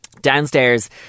Downstairs